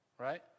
right